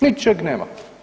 Ničeg nema.